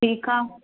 ठीकु आहे